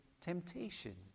temptation